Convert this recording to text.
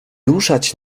ruszać